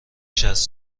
شصت